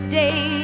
day